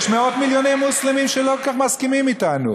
יש מאות-מיליוני מוסלמים שלא כל כך מסכימים אתנו,